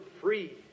free